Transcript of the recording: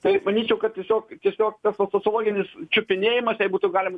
tai manyčiau kad tiesiog tiesiog sociologinis čiupinėjimas jei taip galim